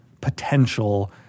potential –